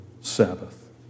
Sabbath